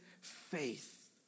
faith